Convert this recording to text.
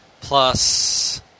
Plus